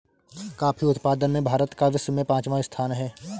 coffee उत्पादन में भारत का विश्व में पांचवा स्थान है